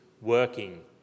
working